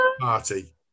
party